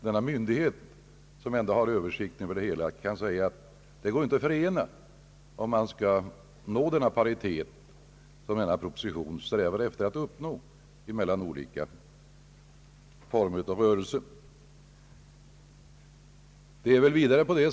Den myndighet som ändå har översynen över hela detta område säger nämligen att kravet på skattefrihet inte går att förena med det krav på paritet mellan olika former av bankverksamhet som eftersträvas i propositionen.